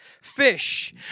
fish